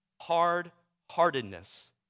hard-heartedness